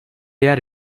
yer